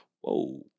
whoa